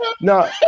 No